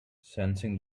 sensing